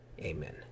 Amen